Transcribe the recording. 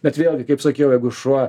bet vėlgi kaip sakiau jeigu šuo